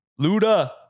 Luda